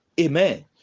amen